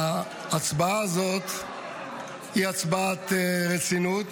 וההצבעה הזאת היא הצבעת רצינות,